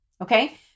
okay